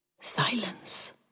Silence